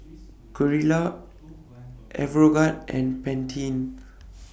Gilera Aeroguard and Pantene